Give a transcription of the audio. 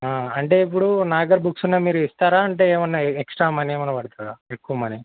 అంటే ఇప్పుడు నా దగ్గర బుక్స్ ఉన్నాయి మీరు ఇస్తారా అంటే ఏమన్నా ఎక్స్ట్రా మనీ ఏమన్నా పడతదా ఎక్కువ మనీ